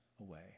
away